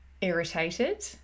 irritated